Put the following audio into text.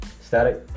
Static